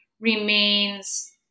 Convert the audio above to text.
remains